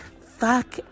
fuck